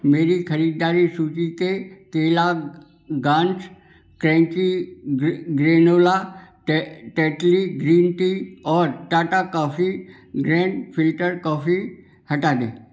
मेरी ख़रीदारी सूची से Kellogg's crunchy granola Tetley green tea और Tata coffee grand filter coffee हटा दें